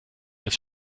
als